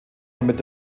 damit